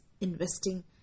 investing